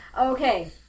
Okay